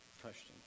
question